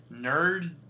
nerd